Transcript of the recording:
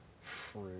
fruit